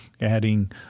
adding